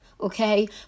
Okay